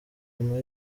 nyuma